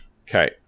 Okay